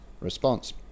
response